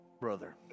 brother